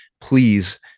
please